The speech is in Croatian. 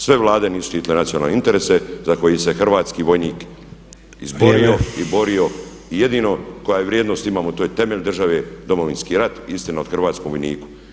Sve Vlade nisu štitile nacionalne interese za koje se hrvatski vojnik izborio i borio i jedino koju vrijednost imamo to je temelj države Domovinski rat i istina o hrvatskom vojniku.